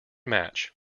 match